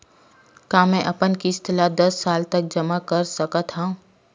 का मैं अपन किस्त ला दस साल तक कर सकत हव?